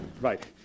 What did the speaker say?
Right